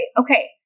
okay